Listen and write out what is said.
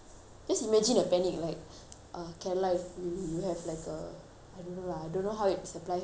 uh kerala you you have like uh I don't know lah don't know how it supplies replies for you but